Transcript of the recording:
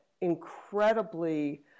incredibly